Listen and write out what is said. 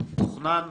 תוכנן